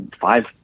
five